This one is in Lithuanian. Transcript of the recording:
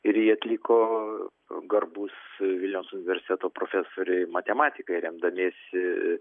ir jį atliko garbūs vilniaus universiteto profesoriai matematikai remdamiesi